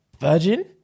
virgin